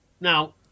Now